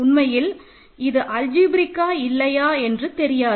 உண்மையில் இது அல்ஜிப்ரேக்கா இல்லையா என்று தெரியாது